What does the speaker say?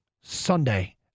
Sunday